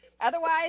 Otherwise